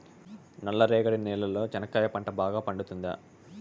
నల్ల రేగడి నేలలో చెనక్కాయ పంట బాగా పండుతుందా?